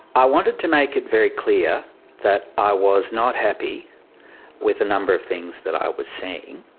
i wanted to make it very clear that i was not happy with a number of things that i was seeing.